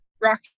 rock